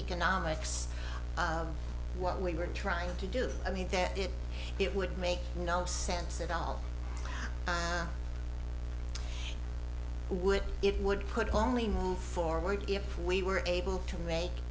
economics of what we were trying to do i mean there it would make no sense at all would it would put only move forward if we were able to make